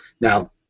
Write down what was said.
Now